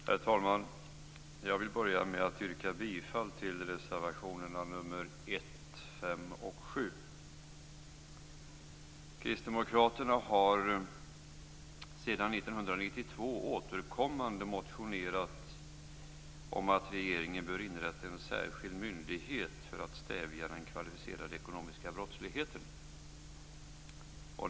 Herr talman! Jag vill börja med att yrka bifall till reservationerna 1, 5 och 7. Kristdemokraterna har sedan 1992 återkommande motionerat om att regeringen bör inrätta en särskild myndighet för att stävja den kvalificerade ekonomiska brottsligheten.